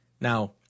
Now